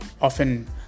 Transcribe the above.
often